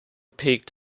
peaked